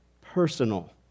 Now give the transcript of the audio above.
personal